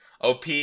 OP